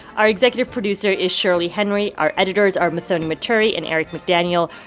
our executive producer is shirley henry. our editors are muthoni muturi and eric mcdaniel.